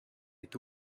est